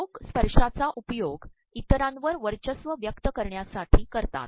लोक स्त्पशायचा उपयोग इतरांवर वचयस्त्व व्यक्त करण्यासाठी करतात